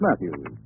Matthews